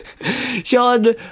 Sean